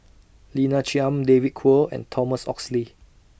Lina Chiam David Kwo and Thomas Oxley